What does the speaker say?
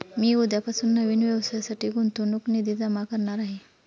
मी उद्यापासून नवीन व्यवसायासाठी गुंतवणूक निधी जमा करणार आहे